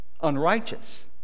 unrighteous